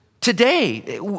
today